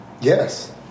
Yes